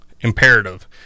imperative